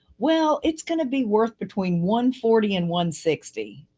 well, it's going to be worth between one forty and one sixty.